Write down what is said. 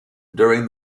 during